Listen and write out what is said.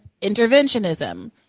interventionism